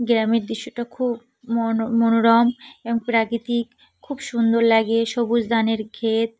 গ্রামের দৃশ্যটা খুব মন মনোরম এবং প্রাকৃতিক খুব সুন্দর লাগে সবুজ ধানের ক্ষেত